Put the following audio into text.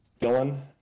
Dylan